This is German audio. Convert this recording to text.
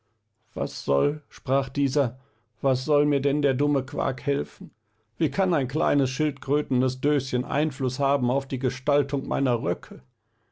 was soll sprach dieser was soll mir denn der dumme quark helfen wie kann ein kleines schildkrötenes döschen einfluß haben auf die gestaltung meiner röcke